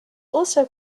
also